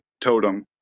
totem